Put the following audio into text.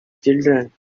children